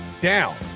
down